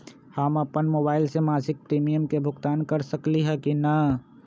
हम अपन मोबाइल से मासिक प्रीमियम के भुगतान कर सकली ह की न?